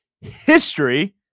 history